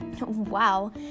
Wow